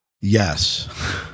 Yes